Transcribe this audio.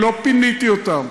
לא פיניתי אותם.